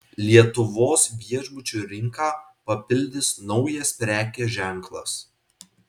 lietuvos viešbučių rinką papildys naujas prekės ženklas